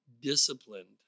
disciplined